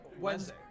Wednesday